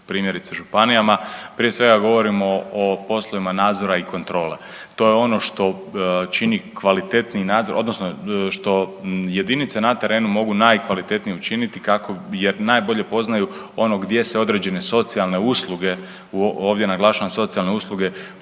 primjerice županijama prije svega govorimo o poslovima nadzora i kontrole. To je ono što čini kvalitetniji nadzor, odnosno što jedinice na terenu mogu najkvalitetnije učiniti jer najbolje poznaju gdje se određene socijalne usluge, ovdje naglašavam socijalne usluge